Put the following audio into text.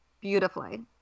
beautifully